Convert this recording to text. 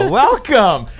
welcome